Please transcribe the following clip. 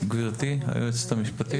גברתי היועצת המשפטית.